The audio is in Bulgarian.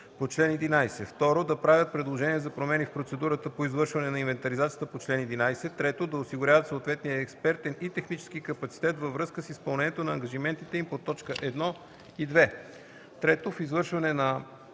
по чл. 11; 2. да правят предложения за промени в процедурата по извършване на инвентаризацията по чл. 11; 3. да осигуряват съответния експертен и технически капацитет във връзка с изпълнението на ангажиментите им по т. 1 и 2. (3) В извършването на